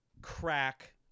crack